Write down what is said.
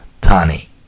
Tani